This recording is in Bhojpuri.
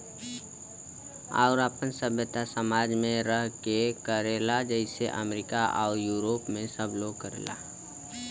आउर आपन सभ्यता समाज मे रह के करला जइसे अमरीका आउर यूरोप मे सब लोग करला